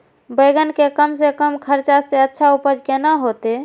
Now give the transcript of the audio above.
बेंगन के कम से कम खर्चा में अच्छा उपज केना होते?